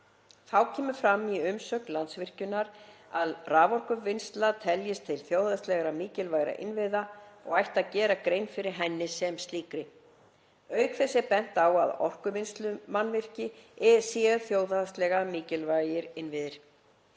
Þá kemur fram í umsögn Landsvirkjunar að raforkuvinnsla teljist til þjóðhagslega mikilvægra innviða og ætti að gera grein fyrir henni sem slíkri. Auk þess er bent á að orkuvinnslumannvirki séu þjóðhagslega mikilvægir innviðir.